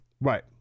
Right